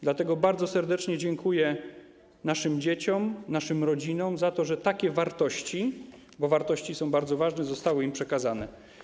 Dlatego bardzo serdecznie dziękuję naszym dzieciom, naszym rodzinom za to, że takie wartości, bo wartości są bardzo ważne, zostały im przekazane.